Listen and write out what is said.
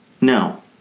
no